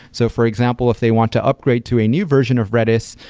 so for example, if they want to upgrade to a new version of redis,